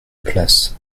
place